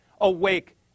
awake